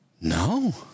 No